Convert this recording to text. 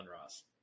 Ross